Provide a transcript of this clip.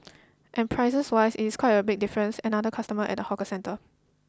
and prices wise it's quite a big difference another customer at a hawker centre